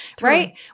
right